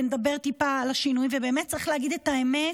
נדבר טיפה על השינוי, ובאמת צריך להגיד את האמת,